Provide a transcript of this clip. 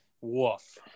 Woof